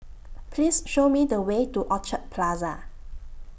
Please Show Me The Way to Orchard Plaza